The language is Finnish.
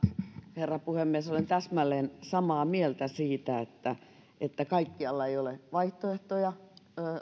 herra puhemies olen täsmälleen samaa mieltä siitä että että kaikkialla ei ole vaihtoehtoja